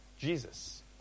Jesus